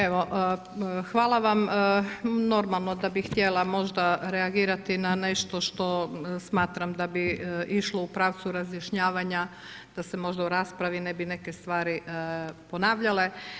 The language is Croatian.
Evo hvala vam, normalno da bi htjela možda reagirati na nešto što smatram da bi išlo u pravcu razjašnjavanja da se možda u raspravi ne bi neke stvari ponavljale.